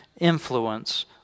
influence